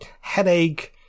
headache